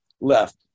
left